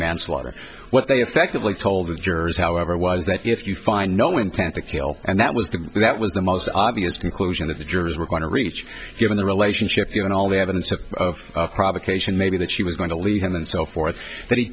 manslaughter what they effectively told the jurors however was that if you find no intent to kill and that was the that was the most obvious conclusion that the jurors were going to reach given the relationship you know all the evidence of provocation maybe that she was going to leave and so forth that he